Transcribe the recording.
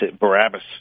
Barabbas